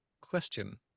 Question